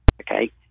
Okay